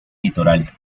litoral